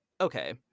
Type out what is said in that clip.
okay